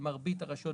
למרבית הרשויות